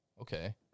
Okay